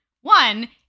One